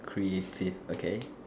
creative okay